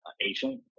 Asian